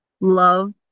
Love